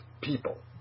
people